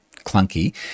clunky